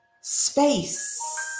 space